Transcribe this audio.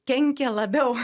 kenkia labiau